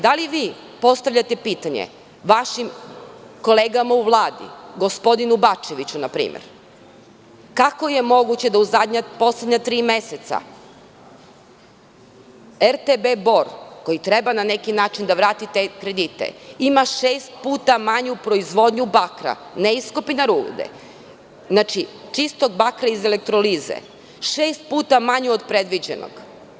Da li vi postavljate pitanje vašim kolegama u Vladi, gospodinu Bačeviću, na primer, kako je moguće da u poslednja tri meseca RTB Bor koji treba na neki način da vrati te kredite ima šest puta manju proizvodnju bakra, ne iskopina rude, znači čistog bakra iz elektrolize, od predviđenog?